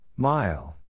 Mile